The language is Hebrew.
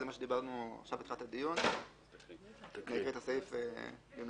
דיברנו על זה בתחילת הדיון ואני אקרא את הסעיף במלואו.